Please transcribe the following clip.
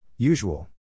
Usual